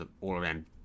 all-around